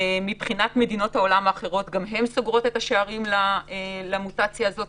גם מדינות העולם האחרות סוגרות את השערים למוטציה הזאת,